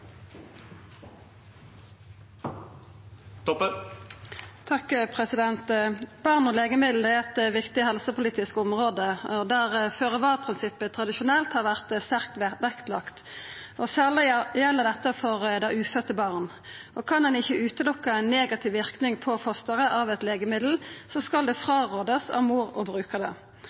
om ordet. Barn og legemiddel er eit viktig helsepolitisk område, der det tradisjonelt har vore lagt sterk vekt på føre-var-prinsippet. Særleg gjeld dette for dei ufødde barna. Kan ein ikkje sjå bort frå ein negativ verknad på fosteret av eit legemiddel, skal ein rå mor ifrå å bruka det.